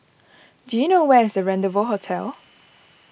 do you know where is Rendezvous Hotel